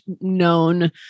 known